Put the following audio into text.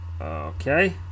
Okay